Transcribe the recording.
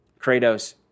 Kratos